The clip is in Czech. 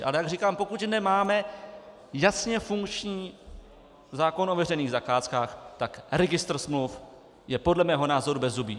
Ale jak říkám, pokud nemáme jasně funkční zákon o veřejných zakázkách, tak registr smluv je podle mého názoru bezzubý.